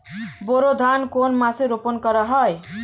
বোরো ধান কোন মাসে রোপণ করা হয়?